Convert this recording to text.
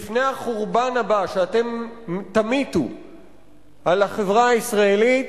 לפני החורבן הבא שאתם תמיטו על החברה הישראלית,